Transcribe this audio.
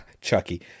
Chucky